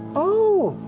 oh,